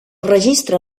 registra